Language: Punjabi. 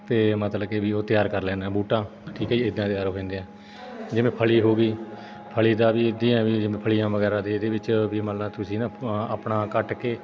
ਅਤੇ ਮਤਲਬ ਕਿ ਵੀ ਉਹ ਤਿਆਰ ਕਰ ਲੈਣਾ ਬੂਟਾ ਠੀਕ ਹੈ ਜੀ ਇੱਦਾਂ ਤਿਆਰ ਹੋ ਜਾਂਦੇ ਆ ਜਿਵੇਂ ਫਲੀ ਹੋ ਗਈ ਫਲੀ ਦਾ ਵੀ ਇਹਦਾਂ ਐਵੇਂ ਹੀ ਫਲੀਆਂ ਵਗੈਰਾ ਦੇ ਇਹਦੇ ਵਿੱਚ ਵੀ ਮਤਲਬ ਤੁਸੀਂ ਨਾ ਆਪ ਆਪਣਾ ਕੱਟ ਕੇ